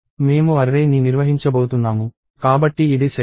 మేము అర్రే ని నిర్వహించబోతున్నాము కాబట్టి ఇది సెటప్